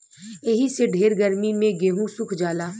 एही से ढेर गर्मी मे गेहूँ सुख जाला